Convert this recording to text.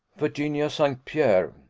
virginia st. pierre.